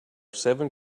seven